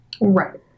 right